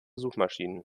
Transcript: suchmaschinen